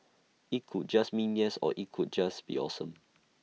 IT could just mean yes or IT could just be awesome